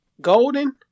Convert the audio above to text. Golden